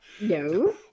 No